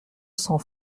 cents